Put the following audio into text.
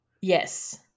Yes